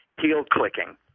heel-clicking